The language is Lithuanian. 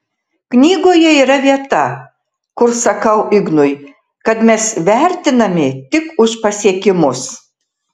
knygoje yra vieta kur sakau ignui kad mes vertinami tik už pasiekimus